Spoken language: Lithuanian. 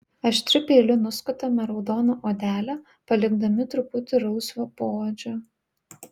aštriu peiliu nuskutame raudoną odelę palikdami truputį rausvo poodžio